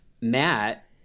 Matt